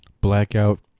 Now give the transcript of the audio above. Blackout